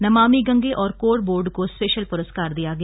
नमामि गंगे और core board को special पुरस्कार दिया गया